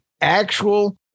actual